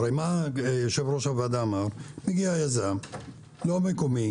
יושב-ראש הוועדה אמר שמגיע יזם לא מקומי